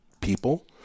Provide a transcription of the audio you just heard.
people